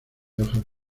hojas